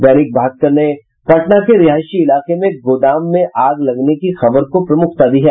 दैनिक भास्कर ने पटना के रिहायशी इलाके में गोदाम में आग लगने की खबर को प्रमुखता दी है